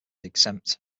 exempt